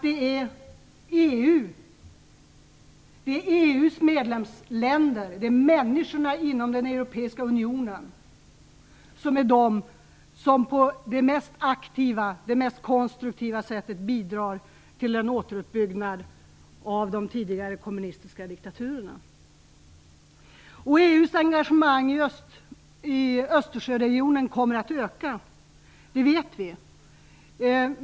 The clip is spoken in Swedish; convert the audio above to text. Det är ju EU:s medlemsländer, människorna inom den europeiska unionen, som är de som på det mest aktiva, det mest konstruktiva sättet bidrar till en återuppbyggnad av de tidigare kommunistiska diktaturerna. EU:s engagemang i Östersjöregionen kommer att öka - det vet vi.